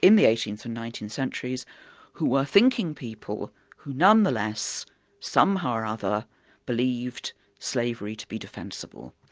in the eighteenth and nineteenth centuries who were thinking people, who nonetheless somehow or other believed slavery to be defensible.